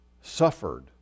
suffered